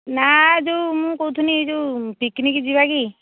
ନା ଯୋଉ ମୁଁ କହୁଥିଲିଁ ଯୋଉ ପିକ୍ନିକ୍ ଯିବା କି